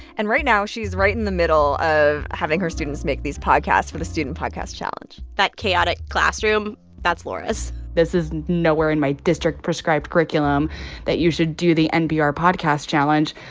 and right now, she's right in the middle of having her students make these podcasts for the student podcast challenge that chaotic classroom that's laura's this is nowhere in my district-prescribed curriculum that you should do the npr podcast challenge.